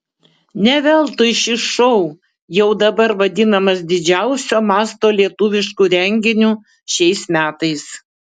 ne veltui šis šou jau dabar vadinamas didžiausio masto lietuvišku renginiu šiais metais